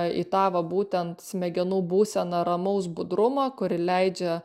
į tą va būtent smegenų būseną ramaus budrumo kuri leidžia